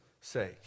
sake